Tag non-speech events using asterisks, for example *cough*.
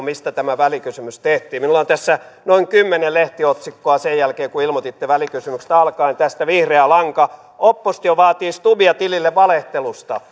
*unintelligible* mistä tämä välikysymys tehtiin minulla on tässä noin kymmenen lehtiotsikkoa siitä alkaen kun ilmoititte välikysymyksestä tästä vihreä lanka oppositio vaatii stubbia tilille valehtelusta *unintelligible*